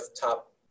top